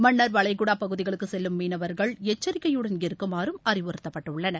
மன்னார்வளைகுடா பகுதிகளுக்கு செல்லும் மீனவர்ள் எச்சரிக்கையுடன் இருக்குமாறும் அறிவுறுத்தப்பட்டுள்ளனர்